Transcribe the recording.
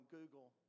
Google